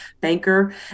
banker